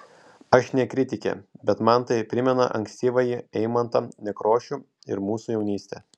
aš ne kritikė bet man tai primena ankstyvąjį eimuntą nekrošių ir mūsų jaunystę